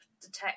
detect